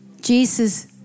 Jesus